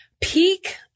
peak